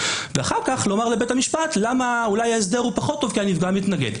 ואחר כך לומר לבית המשפט למה אולי ההסדר הוא פחות טוב כי הנפגע מתנגד.